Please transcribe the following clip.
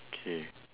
K